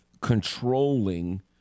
controlling